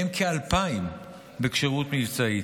מהם כ-2,000 בכשירות מבצעית.